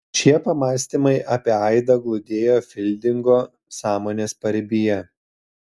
šie pamąstymai apie aidą glūdėjo fildingo sąmonės paribyje